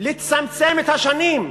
לצמצם את השנים,